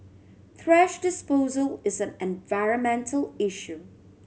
thrash disposal is an environmental issue